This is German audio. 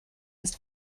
ist